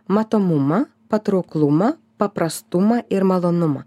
matomumą patrauklumą paprastumą ir malonumą